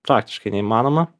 praktiškai neįmanoma